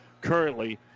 currently